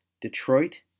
Detroit